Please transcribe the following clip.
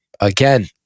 Again